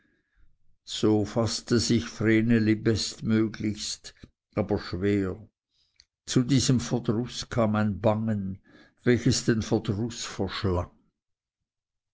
so faßte sich vreneli bestmöglichst aber schwer zu diesem verdruß kam ein bangen welches den verdruß verschlang